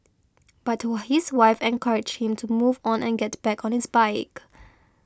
but his wife encouraged him to move on and get back on his bike